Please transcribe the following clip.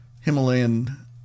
Himalayan